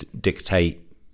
dictate